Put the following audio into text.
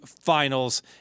finals